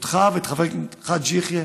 אותך ואת חבר הכנסת חאג' יחיא,